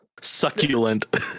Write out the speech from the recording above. succulent